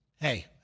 Hey